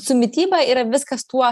su mityba yra viskas tuo